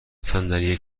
صندلی